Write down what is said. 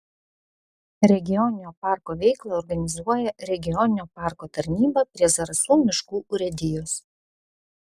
regioninio parko veiklą organizuoja regioninio parko tarnyba prie zarasų miškų urėdijos